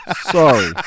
sorry